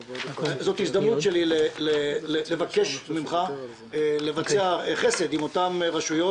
זאת ההזדמנות שלי לבקש ממך לבצע חסד עם אותן רשויות,